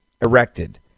erected